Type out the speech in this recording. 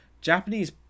Japanese